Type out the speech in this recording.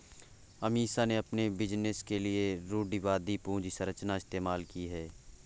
अमीषा ने अपने बिजनेस के लिए रूढ़िवादी पूंजी संरचना इस्तेमाल की है